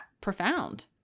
profound